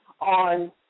on